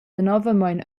danovamein